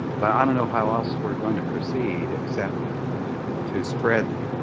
but i don't know how else we're going to proceed except to spread